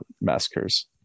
massacres